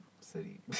city